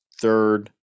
third